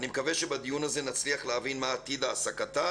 ואני מקווה שבדיון הזה נצליח להבין מהו עתיד העסקתם,